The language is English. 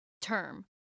term